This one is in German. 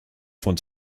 von